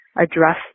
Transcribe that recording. address